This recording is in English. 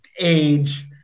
age